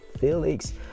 felix